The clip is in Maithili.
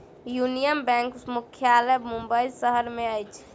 यूनियन बैंकक मुख्यालय मुंबई शहर में अछि